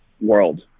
world